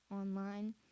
online